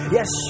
Yes